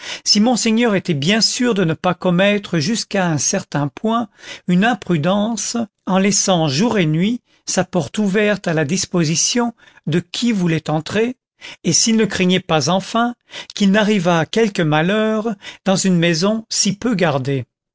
si monseigneur était bien sûr de ne pas commettre jusqu'à un certain point une imprudence en laissant jour et nuit sa porte ouverte à la disposition de qui voulait entrer et s'il ne craignait pas enfin qu'il n'arrivât quelque malheur dans une maison si peu gardée